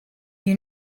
you